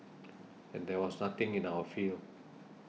and there was nothing in our field